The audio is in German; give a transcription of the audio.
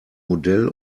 modell